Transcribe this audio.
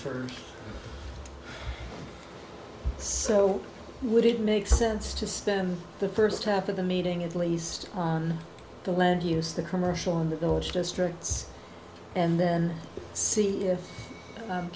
four so would it make sense to stem the first half of the meeting at least the lead use the commercial in the village districts and then see if i'm